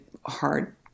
hard